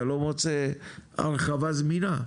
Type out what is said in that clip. אתה לא מוצא הרחבה זמינה.